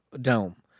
dome